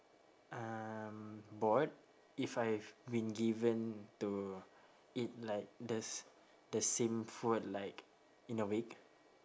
um bored if I have been given to eat like the s~ the same food like in a week